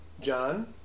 John